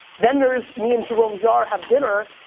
then there's me and jerome jarre have dinner,